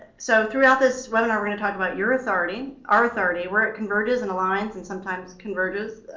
so, throughout this webinar, we're going to talk about your authority, our authority, where it converges and aligns and sometimes converges